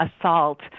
assault